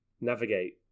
navigate